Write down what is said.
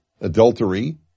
adultery